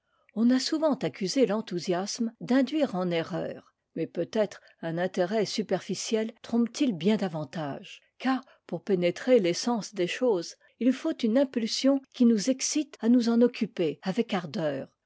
on a souvent accusé l'enthousiasme d'induire en erreur mais peut-être un intérêt superficiel trompe t il bien davantage car pour pénétrer l'essence des choses il faut une impulsion qui nous excite à nous en occuper avec ardeur